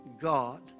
God